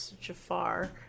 Jafar